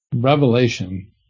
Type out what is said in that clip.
revelation